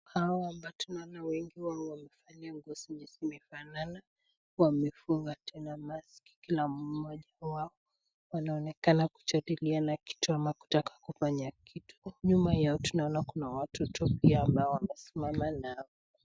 Hawa waambatana watu wengi wao wamevaa nguo zimefanana. Wamefunga tena maski kila mmoja wao. Wanaonekana kujadiliana au kutaka kufanya kitu. Nyuma yao tunaona kuna watu tu ambao pia ambao wamesimama nao.